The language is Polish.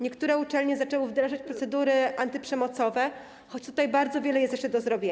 Niektóre uczelnie zaczęły wdrażać procedury antyprzemocowe, choć tutaj bardzo wiele jest jeszcze do zrobienia.